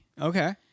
Okay